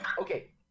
Okay